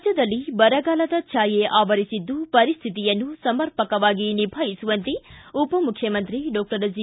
ರಾಜ್ಯದಲ್ಲಿ ಬರಗಾಲದ ಛಾಯೆ ಆವರಿಸಿದ್ದು ಪರಿಸ್ಥಿತಿಯನ್ನು ಸಮರ್ಪಕವಾಗಿ ನಿಭಾಯಿಸುವಂತೆ ಉಪಮುಖ್ಯಮಂತ್ರಿ ಡಾಕ್ಟರ್ ಜಿ